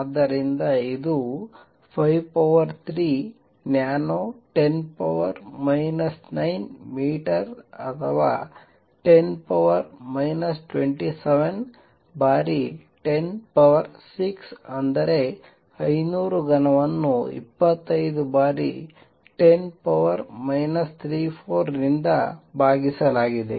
ಆದ್ದರಿಂದ ಅದು 53 nano 10 9 metre ಅಥವಾ 10 27 ಬಾರಿ 106 ಅಂದರೆ 500 ಘನವನ್ನು 25 ಬಾರಿ 10 34 ರಿಂದ ಭಾಗಿಸಲಾಗಿದೆ